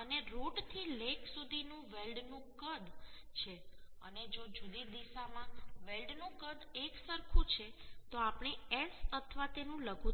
અને રુટ થી લેગ સુધી વેલ્ડનું કદ છે અને જો જુદી જુદી દિશામાં વેલ્ડનું કદ એકસરખું છે તો આપણે S અથવા તેનું લઘુત્તમ લખી શકયે છે